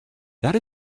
that